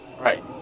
Right